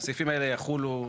הסעיפים האלה יחולו,